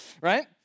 Right